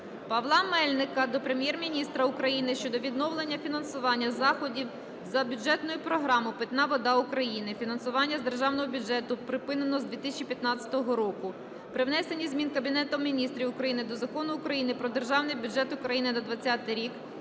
Павла Мельника до Прем'єр-міністра України щодо відновлення фінансування заходів за бюджетною програмою "Питна вода України" (фінансування з державного бюджету припинено з 2015 року) при внесенні змін Кабінетом Міністрів України до Закону України "Про державний бюджет України на 2020 рік"